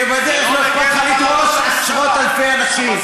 שבדרך לא אכפת לך לדרוס עשרות אלפי אנשים.